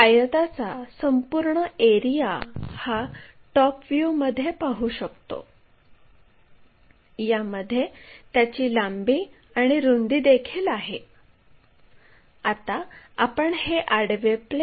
आपण आता c पासून d या लोकसवर 50 मिमी आणि 75 मिमीचे अंतर काढावे